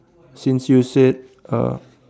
since you said uh